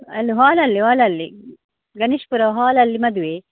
ಅಲ್ಲಿ ಹಾಲಲ್ಲಿ ಹಾಲಲ್ಲಿ ಗಣೇಶಪುರ ಹಾಲಲ್ಲಿ ಮದುವೆ